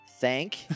thank